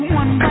one